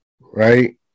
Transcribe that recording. right